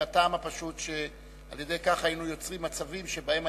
מהטעם הפשוט שעל-ידי כך היינו יוצרים מצבים שבהם